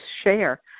share